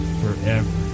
forever